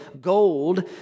gold